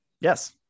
Yes